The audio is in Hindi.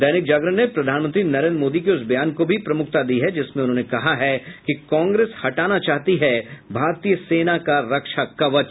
दैनिक जागरण ने प्रधानमंत्री नरेंद्र मोदी के उस बयान को भी प्रमुखता दी है जिसमें उन्होंने कहा है कि कांग्रेस हटाना चाहती है भारतीय सेना का रक्षा कवच